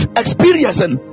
experiencing